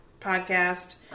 podcast